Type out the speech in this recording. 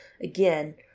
again